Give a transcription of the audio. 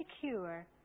secure